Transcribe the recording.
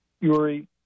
Yuri